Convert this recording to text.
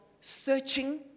searching